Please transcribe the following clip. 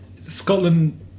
Scotland